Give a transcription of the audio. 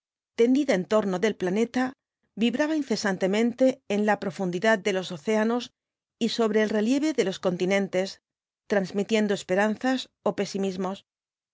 tendida en torno del planeta vibraba incesantemente en la profundidad de los océanos y sobre el relieve de los continentes transmitiendo esperanzas ó pesimismos